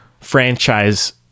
franchise